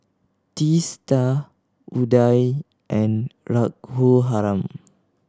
Teesta Udai and Raghuram